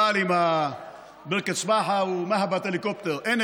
אבל עם (אומר בערבית: בריכת שחייה ומנחת הליקופטר,)